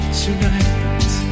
tonight